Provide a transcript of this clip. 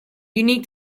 unique